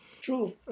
True